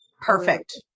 Perfect